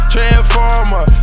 Transformer